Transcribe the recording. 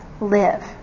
live